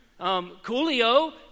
Coolio